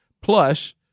plus